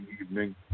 evening